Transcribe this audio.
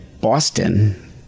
Boston